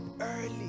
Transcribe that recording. early